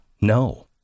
no